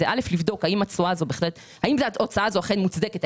היא ראשית לבדוק האם ההוצאה הזאת אכן מוצדקת,